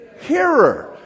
hearer